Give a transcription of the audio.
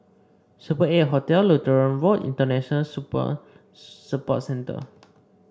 Super Eight Hotel Lutheran Road International Supper Support Centre